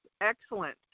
excellent